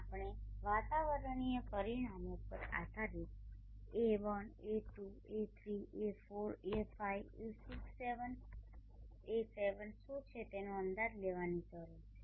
આપણે વાતાવરણીય પરિમાણો પર આધારિત A1A2A3A4A5A6A7 શું છે તેનો અંદાજ લેવાની જરૂર છે